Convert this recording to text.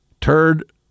turd